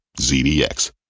ZDX